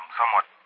somewhat